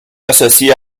associées